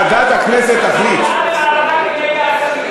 לוועדה למעמד האישה.